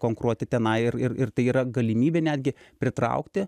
konkuruoti tenai ir ir ir tai yra galimybė netgi pritraukti